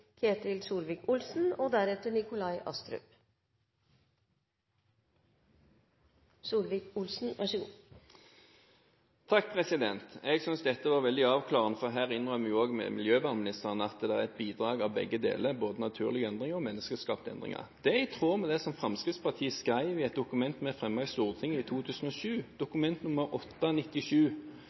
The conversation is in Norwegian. Ketil Solvik-Olsen – til oppfølgingsspørsmål. Jeg synes dette var veldig avklarende, for her innrømmer også miljøvernministeren at det er et innslag av begge deler, både naturlige endringer og menneskeskapte endringer. Det er i tråd med det som Fremskrittspartiet skrev i et dokument vi fremmet i Stortinget i 2007, Dokument